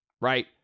right